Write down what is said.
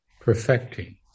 perfecting